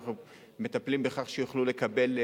ואנחנו מטפלים בכך שיוכלו לקבל,